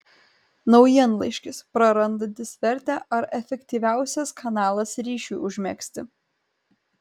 naujienlaiškis prarandantis vertę ar efektyviausias kanalas ryšiui užmegzti